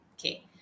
Okay